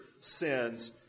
sins